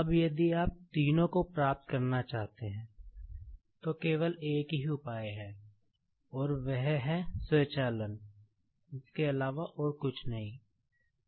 अब यदि आप तीनों को प्राप्त करना चाहते हैं तो केवल एक ही उपाय है और वह है स्वचालन के अलावा और कुछ नहीं